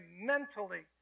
mentally